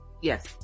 Yes